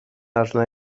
arna